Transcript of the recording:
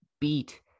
beat